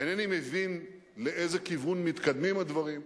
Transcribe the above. אינני מבין לאיזה כיוון מתקדמים הדברים.